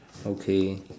okay